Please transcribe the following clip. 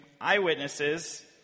eyewitnesses